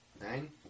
Nine